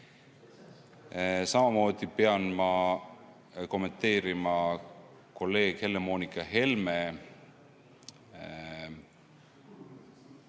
Samamoodi pean ma kommenteerima kolleeg Helle-Moonika Helme